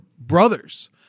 brothers